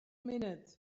minute